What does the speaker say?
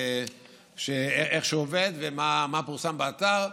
איך זה עובד ומה פורסם באתר.